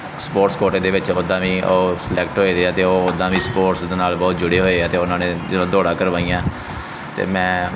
sports ਕੋਟੇ ਦੇ ਵਿੱਚ ਓਦਾਂ ਵੀ ਉਹ ਸਲੈਕਟ ਹੋਏ ਦੇ ਆ ਅਤੇ ਉਹ ਓਦਾਂ ਵੀ ਸਪੋਰਟਸ ਦੇ ਨਾਲ ਬਹੁਤ ਜੁੜੇ ਹੋਏ ਆ ਅਤੇ ਉਹਨਾਂ ਨੇ ਜਦੋਂ ਦੌੜਾ ਕਰਵਾਈਆਂ ਅਤੇ ਮੈਂ